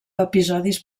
episodis